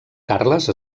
carles